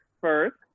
first